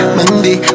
Monday